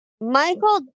Michael